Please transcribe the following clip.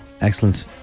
Excellent